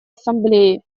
ассамблеи